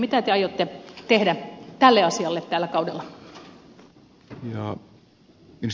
mitä te aiotte tehdä tälle asialle tällä kaudella